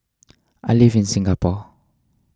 I live in Singapore